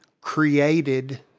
created